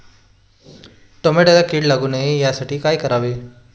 टोमॅटोला कीड लागू नये यासाठी काय करावे?